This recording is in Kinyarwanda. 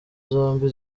zombi